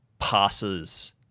Passes